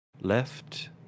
left